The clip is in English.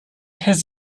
his